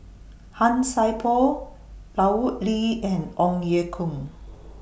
Han Sai Por Lut Ali and Ong Ye Kung